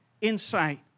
insight